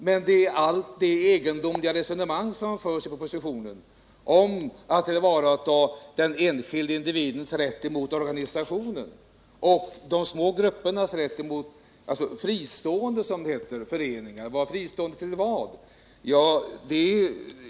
Det är ett egendomligt resonemang som förs i propositionen om att tillvarata den enskilde individens och fristående föreningars rätt mot organisationen. Fristående till vad?